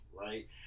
right